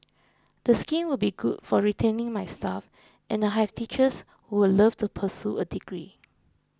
the scheme would be good for retaining my staff and I have teachers who would love to pursue a degree